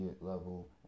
level